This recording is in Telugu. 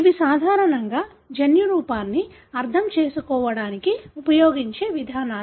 ఇవి సాధారణంగా జన్యురూపాన్ని అర్థం చేసుకోవడానికి ఉపయోగించే విధానాలు